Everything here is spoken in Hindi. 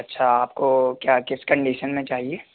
अच्छा आपको क्या किस कंडीशन में चाहिए